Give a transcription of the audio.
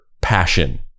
passion